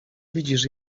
widzisz